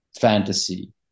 fantasy